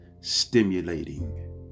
stimulating